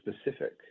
specific